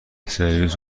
سرویس